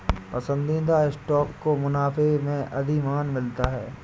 पसंदीदा स्टॉक को मुनाफे में अधिमान मिलता है